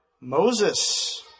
Moses